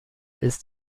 ist